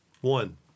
One